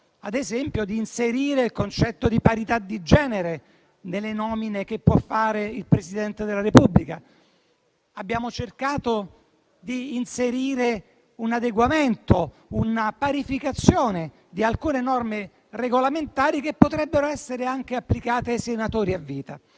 ad esempio, di inserire il concetto di parità di genere delle nomine che può fare il Presidente della Repubblica. Abbiamo cercato di inserire un adeguamento, una parificazione di alcune norme regolamentari che potrebbero essere anche applicate ai senatori a vita.